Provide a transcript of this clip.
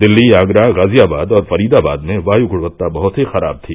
दिल्ली आगरा गाजियाबाद और फरीदाबाद में वायु गुणवत्ता बहुत ही खराब थी